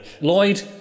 Lloyd